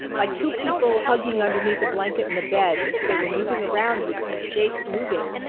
like two people hugging underneath a blanket in a bed. if they were moving around, you'd see shapes moving.